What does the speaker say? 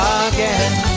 again